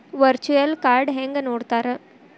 Virtual ಕಾರ್ಡ್ನ ಹೆಂಗ್ ನೋಡ್ತಾರಾ?